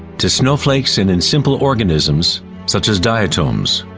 to snowflakes and in simple organisms such as diatoms.